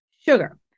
sugar